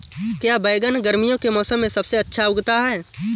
क्या बैगन गर्मियों के मौसम में सबसे अच्छा उगता है?